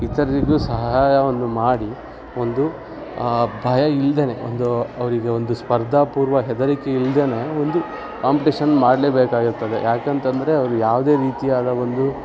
ಇತರರಿಗೂ ಸಹಾಯವನ್ನು ಮಾಡಿ ಒಂದು ಭಯ ಇಲ್ದೆಲೆ ಒಂದು ಅವರಿಗೆ ಒಂದು ಸ್ಪರ್ಧಾಪೂರ್ವ ಹೆದರಿಕೆ ಇಲ್ದೆಲೇ ಒಂದು ಕಾಂಪ್ಟೇಷನ್ ಮಾಡಲೇಬೇಕಾಗಿರ್ತದೆ ಏಕಂತಂದ್ರೆ ಅವ್ರು ಯಾವುದೇ ರೀತಿಯಾದ ಒಂದು